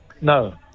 No